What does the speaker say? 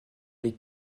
les